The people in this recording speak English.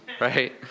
Right